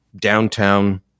downtown